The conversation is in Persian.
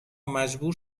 مجبور